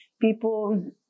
people